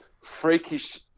freakish